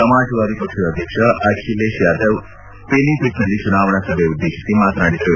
ಸಮಾಜವಾದಿ ಪಕ್ಷದ ಅಧ್ಯಕ್ಷ ಅಖಿಲೇಶ್ ಯಾದವ್ ಪಿಲಿಬಿಟ್ನಲ್ಲಿ ಚುನಾವಣಾ ಸಭೆ ಉದ್ದೇಶಿಸಿ ಮಾತನಾಡಿದರು